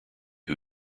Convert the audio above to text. who